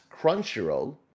Crunchyroll